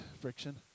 Friction